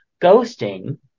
Ghosting